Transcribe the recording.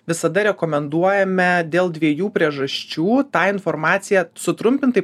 visada rekomenduojame dėl dviejų priežasčių tą informaciją sutrumpintai